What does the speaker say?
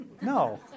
No